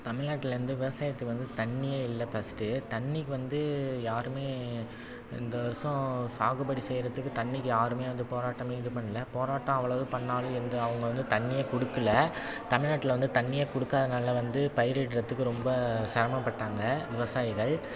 தமிழ்நாட்டில் வந்து விவசாயத்துக்கு வந்து தண்ணியே இல்லை ஃபர்ஸ்ட்டு தண்ணிக்கு வந்து யாருமே இந்த வருடம் சாகுபடி செய்யறதுக்கு தண்ணிக்கு யாருமே வந்து போராட்டங்கள் இது பண்ணல போராட்டம் அவ்வளோ இது பண்ணாலும் எந்த அவங்க வந்து தண்ணியே கொடுக்கல தமிழ்நாட்டில் வந்து தண்ணியே கொடுக்காதனால வந்து பயிரிட்றதுக்கு ரொம்ப சிரமப்பட்டாங்க விவசாயிகள்